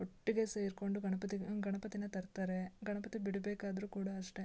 ಒಟ್ಟಿಗೆ ಸೇರಿಕೊಂಡು ಗಣಪತಿಗ ಗಣಪತಿನ ತರ್ತಾರೆ ಗಣಪತಿ ಬಿಡ್ಬೇಕಾದರೂ ಕೂಡ ಅಷ್ಟೇ